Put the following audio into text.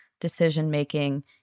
decision-making